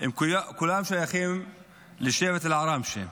כולם שייכים לשבט אל-עראמשה.